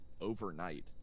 overnight